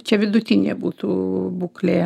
čia vidutinė butų būklė